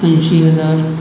त्र्याऐंशी हजार